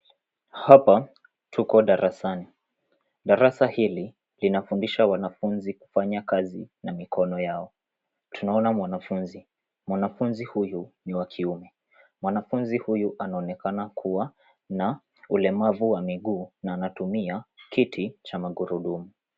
Hapa tuko darasani. Darasa hili linafundisha wanafunzi kufanya kazi na mikono yao. Tunaona mwanafunzi. Mwanafunzi huyu ni wa kiume. Mwanafunzi huyu anaonekana kuwa na ulemavu wa miguu na anatumia kiti cha magurudumu.